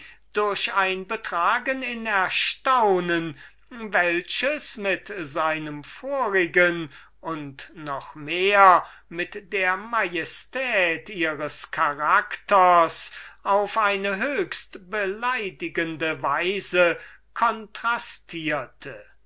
durch ein betragen in erstaunen welches mit seinem vorigen und noch mehr mit der majestät ihres charakters einen höchst beleidigenden kontrast